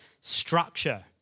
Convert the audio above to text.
structure